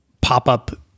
pop-up